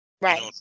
Right